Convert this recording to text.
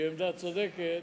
שהיא עמדה צודקת,